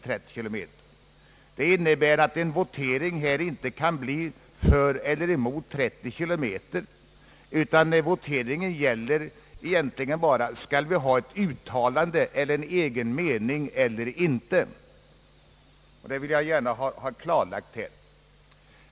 Detta innebär att en votering inte kan bli för eller emot 30 kilometer, utan måste gälla om vi skall uttala någon egen mening eller inte. Detta vill jag gärna ha klarlagt här.